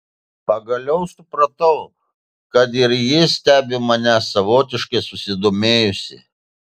pagaliau supratau kad ir ji stebi mane savotiškai susidomėjusi